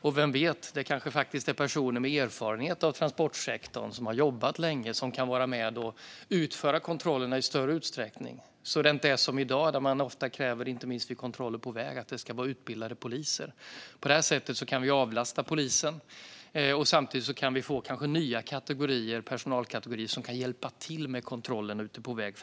Och vem vet, det kanske faktiskt är personer som har erfarenhet av transportsektorn och har jobbat länge som kan vara med och utföra kontrollerna i större utsträckning - så att det inte blir som i dag, där man ofta kräver, inte minst vid kontroller på väg, att det ska vara utbildade poliser. På det här sättet kan vi avlasta polisen och samtidigt kanske få nya personalkategorier som kan hjälpa till med kontrollerna ute på väg.